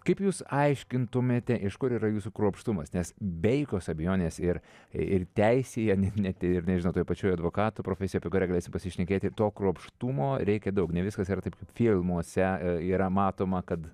kaip jūs aiškintumėte iš kur yra jūsų kruopštumas nes be jokios abejonės ir ir teisėje net net ir nežino toje pačioje advokatų profesijoje apie kurią galėsim pasišnekėti to kruopštumo reikia daug ne viskas ir taip kaip filmuose yra matoma kad